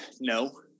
no